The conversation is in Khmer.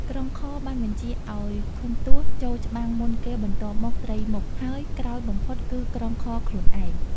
ក្រុងខរ បានបញ្ជាឱ្យ ខុនទសណ៍ ចូលច្បាំងមុនគេបន្ទាប់មក ត្រីមុខ ហើយក្រោយបំផុត គឺក្រុងខរខ្លួនឯង។